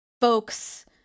folks